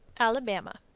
alabama.